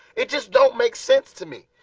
it just don't make sense to me,